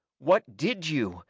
what did you?